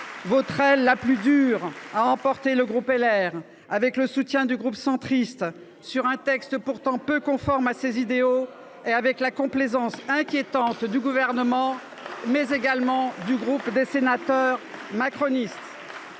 Votre aile la plus dure a emporté le groupe Les Républicains, avec le soutien du groupe Union Centriste, sur un texte pourtant peu conforme à ses idéaux et avec la complaisance inquiétante non seulement du Gouvernement, mais également du groupe des sénateurs macronistes.